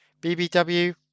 BBW